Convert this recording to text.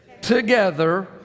together